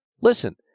Listen